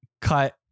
cut